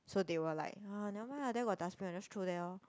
so they will like ah never mind there got dustbin what just throw there lor